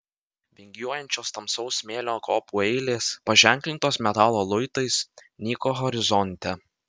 vingiuojančios tamsaus smėlio kopų eilės paženklintos metalo luitais nyko horizonte